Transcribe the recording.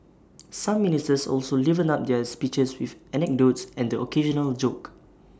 some ministers also livened up their speeches with anecdotes and the occasional joke